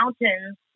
mountains